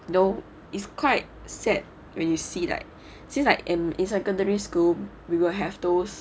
you know it's quite sad when you see like since like in secondary school we will have those